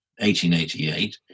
1888